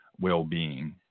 well-being